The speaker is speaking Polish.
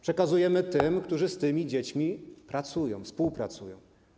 Przekazujemy tym, którzy z dziećmi pracują, współpracują.